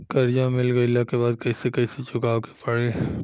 कर्जा मिल गईला के बाद कैसे कैसे चुकावे के पड़ी?